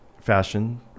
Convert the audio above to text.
fashion